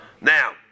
Now